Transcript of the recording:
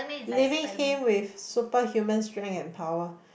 living him with super human strength and power